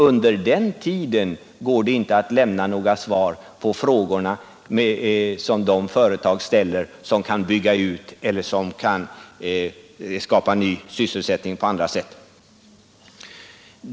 Under den tiden går det inte att lämna några svar på frågorna som de företag ställer som kan bygga ut eller som kan skapa ny sysselsättning på andra sätt.